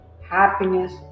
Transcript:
happiness